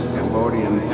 Cambodian